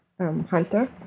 hunter